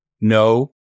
no